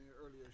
earlier